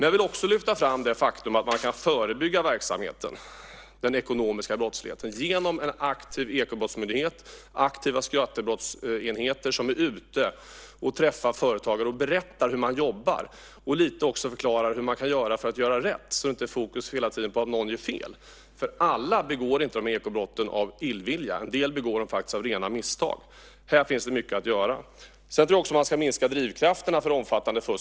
Jag vill också lyfta fram det faktum att man kan förebygga den ekonomiska brottsligheten genom en aktiv ekobrottsmyndighet och aktiva skattebrottsenheter som är ute och träffar företagare, berättar hur de jobbar och lite också förklarar hur man kan göra för att göra rätt så att fokus inte hela ligger på att någon gör fel. Alla begår nämligen inte ekobrott av illvilja; en del begår dem faktiskt av rena misstag. Här finns det mycket att göra. Sedan tror jag också att man ska minska drivkrafterna för omfattande fusk.